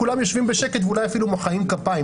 כולם יושבים בשקט ואולי אפילו מוחאים כפיים,